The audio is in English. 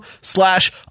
slash